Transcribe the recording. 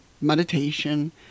meditation